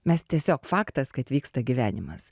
mes tiesiog faktas kad vyksta gyvenimas